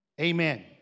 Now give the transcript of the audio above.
Amen